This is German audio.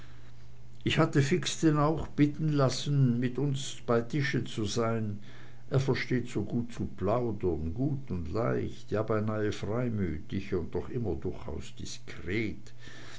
ich hatte fix denn auch bitten lassen mit uns bei tisch zu sein er versteht so gut zu plaudern gut und leicht ja beinahe freimütig und doch immer durchaus diskret